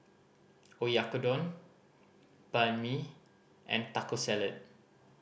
Oyakodon Banh Mi and Taco Salad